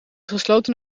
gesloten